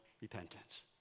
repentance